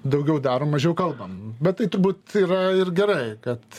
daugiau darom mažiau kalbam bet tai turbūt yra ir gerai kad